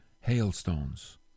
hailstones